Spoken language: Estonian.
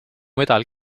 medal